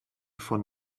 von